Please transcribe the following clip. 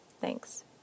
Thanks